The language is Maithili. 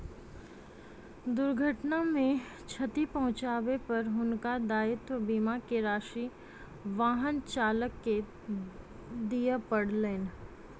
दुर्घटना मे क्षति पहुँचाबै पर हुनका दायित्व बीमा के राशि वाहन चालक के दिअ पड़लैन